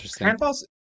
handball's